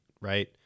right